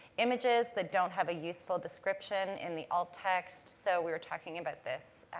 images that don't have a useful description in the alt-text. so, we were talking about this